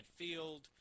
midfield